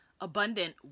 abundant